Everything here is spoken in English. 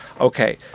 okay